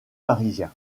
parisien